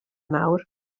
nawr